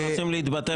הם רוצים להתבטא בנושא.